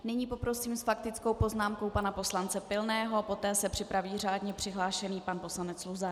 Nyní poprosím s faktickou poznámkou pana poslance Pilného a poté se připraví řádně přihlášený pan poslanec Luzar.